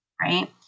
right